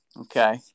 Okay